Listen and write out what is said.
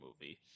movie